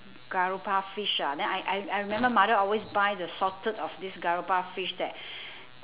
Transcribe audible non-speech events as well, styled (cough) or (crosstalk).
garoupa fish ah then I I I remember mother always buy the salted of this garoupa fish that (breath)